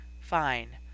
Fine